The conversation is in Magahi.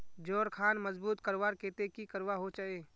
जोड़ खान मजबूत करवार केते की करवा होचए?